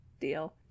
Deal